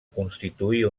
constituir